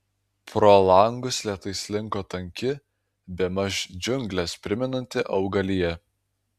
pro langus lėtai slinko tanki bemaž džiungles primenanti augalija